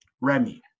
remy